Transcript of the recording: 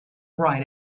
write